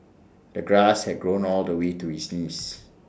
the grass had grown all the way to his knees